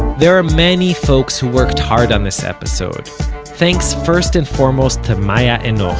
there are many folks who worked hard on this episode thanks first and foremost to maya and